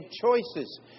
choices